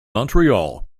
montreal